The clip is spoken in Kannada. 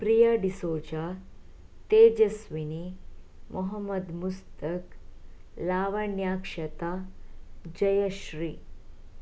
ಪ್ರಿಯಾ ಡಿಸೋಜ ತೇಜಸ್ವಿನಿ ಮೊಹಮ್ಮದ್ ಮುಸ್ತಕ್ ಲಾವಣ್ಯಾಕ್ಷತಾ ಜಯಶ್ರೀ